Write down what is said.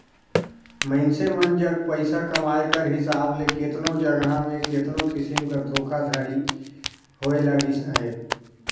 मइनसे मन जग पइसा कमाए कर हिसाब ले केतनो जगहा में केतनो किसिम कर धोखाघड़ी होए लगिस अहे